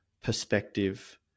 perspective